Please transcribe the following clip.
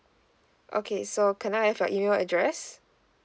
okay so can I have your email address